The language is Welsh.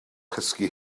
cysgu